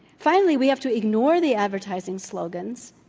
finally, we have to ignore the advertising slogans